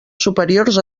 superiors